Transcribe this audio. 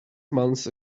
months